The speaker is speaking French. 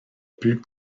plus